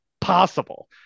possible